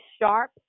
sharp